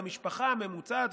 למשפחה הממוצעת,